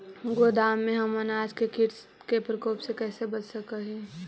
गोदाम में हम अनाज के किट के प्रकोप से कैसे बचा सक हिय?